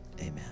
amen